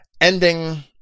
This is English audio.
ending